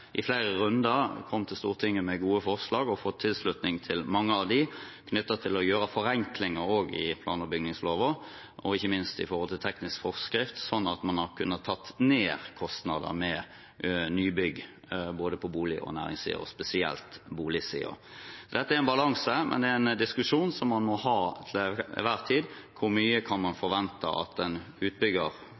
runder har kommet til Stortinget med gode forslag – og fått tilslutning til mange av dem – om å gjøre forenklinger også i plan- og bygningsloven, og ikke minst i teknisk forskrift, slik at man har kunnet ta ned kostnader for nye bygg, både på boligsiden og på næringssiden, og spesielt boligsiden. Dette er en balanse, men det er en diskusjon som man til enhver tid må ha: Hvor mye kan man forvente at en